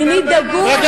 דגול,